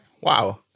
Wow